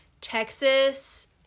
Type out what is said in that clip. Texas